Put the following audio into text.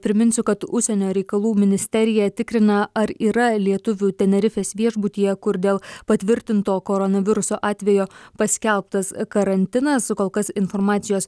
priminsiu kad užsienio reikalų ministerija tikrina ar yra lietuvių tenerifės viešbutyje kur dėl patvirtinto koronaviruso atvejo paskelbtas karantinas kol kas informacijos